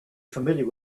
familiar